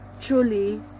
truly